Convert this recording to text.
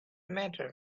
matter